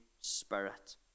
spirit